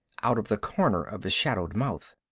out of the corner of his shadowed mouth.